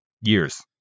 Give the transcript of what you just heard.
years